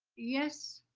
yes,